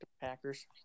Packers